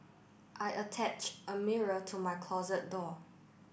I attach a mirror to my closet door